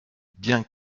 bien